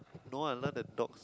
no I love the dogs